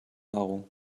nahrung